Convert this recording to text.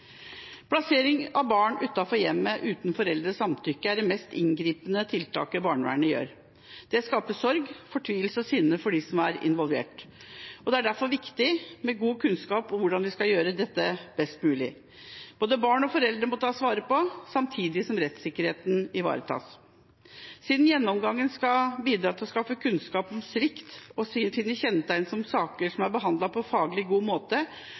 Plassering av barn utenfor hjemmet uten foreldrenes samtykke er det mest inngripende tiltaket barnevernet gjør. Det skaper sorg, fortvilelse og sinne for dem som er involvert, og det er derfor viktig med god kunnskap om hvordan vi kan gjøre dette best mulig. Både barn og foreldre må tas vare på, samtidig som rettssikkerheten ivaretas. Siden gjennomgangen skal bidra til å skaffe kunnskap om svikt og finne kjennetegn på saker som er behandlet på en faglig god måte,